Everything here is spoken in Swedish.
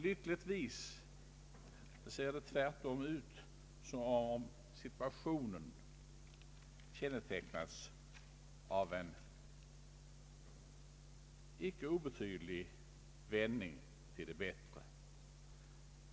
Lyckligtvis ser det tvärtom ut som om situationen kännetecknas av en icke obetydlig vändning till det bättre.